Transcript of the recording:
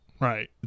Right